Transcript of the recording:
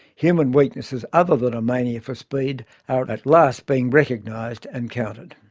human weaknesses other than a mania for speed are at last being recognized and counted.